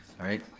alright.